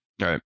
right